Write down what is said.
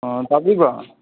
ꯇꯥꯕꯤꯕ꯭ꯔꯥ